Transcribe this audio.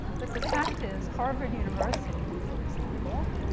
but the fact is, harvard university, for example,